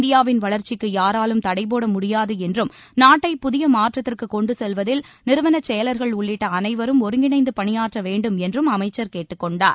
இந்தியாவின் வளர்ச்சிக்கு யாராலும் தடை போட முடியாது என்றும் நாட்டை புதிய மாற்றத்திற்கு கொண்டு செல்வதில் நிறுவனச் செயலர்கள் உள்ளிட்ட அனைவரும் ஒருங்கிணைந்து பணியாற்ற வேண்டும் என்று கேட்டுக் கொண்டார்